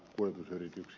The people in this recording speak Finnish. arvoisa puhemies